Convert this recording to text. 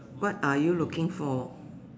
what are you looking for